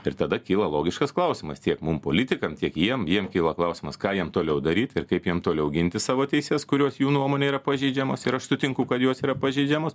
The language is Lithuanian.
ir tada kyla logiškas klausimas tiek mum politikam tiek jiem jiem kyla klausimas ką jiem toliau daryt ir kaip jiem toliau ginti savo teises kurios jų nuomone yra pažeidžiamos ir aš sutinku kad jos yra pažeidžiamos